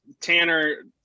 Tanner